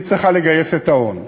צריכה לגייס את ההון,